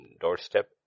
doorstep